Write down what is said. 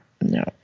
no